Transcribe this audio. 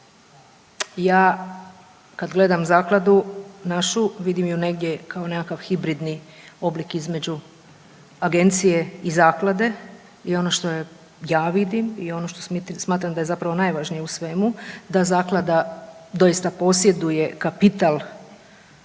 Ja kad gledam zakladu našu vidim ju negdje kao nekakav hibridni oblik između agencije i zaklade i ono što ja vidim i ono što smatram da je zapravo najvažnije u svemu da zaklada doista posjeduje kapital